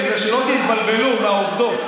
כדי שלא תתבלבלו מהעובדות.